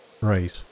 right